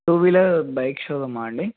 two wheeler bike షోరూమా అండి